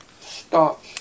stop